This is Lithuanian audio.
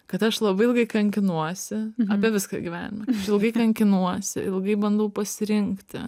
kad aš labai ilgai kankinuosi apie viską gyvenime ilgai kankinuosi ilgai bandau pasirinkti